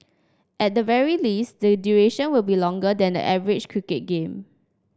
at the very least the duration will be longer than the average cricket game